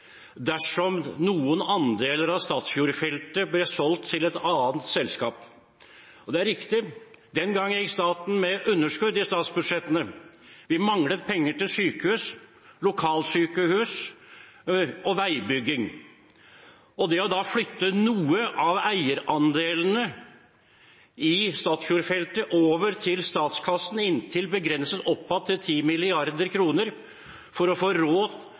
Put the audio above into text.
dersom noen andeler av Statfjord-feltet ble solgt til et annet selskap. Det er riktig, den gang gikk staten med underskudd i statsbudsjettene. Vi manglet penger til sykehus, lokalsykehus og veibygging. Det å flytte noen av eierandelene i Statfjord-feltet over til statskassen, begrenset oppad til 10 mrd. kr for å få råd